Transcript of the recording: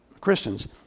Christians